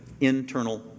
internal